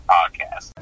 Podcast